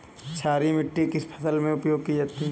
क्षारीय मिट्टी किस फसल में प्रयोग की जाती है?